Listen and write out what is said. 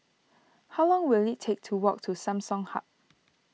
how long will it take to walk to Samsung Hub